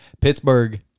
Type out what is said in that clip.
Pittsburgh